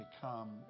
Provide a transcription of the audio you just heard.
become